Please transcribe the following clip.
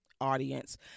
audience